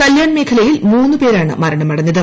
കല്യാൺ മേഖലയിൽ മൂന്ന് പേരാണ് മരണമടഞ്ഞത്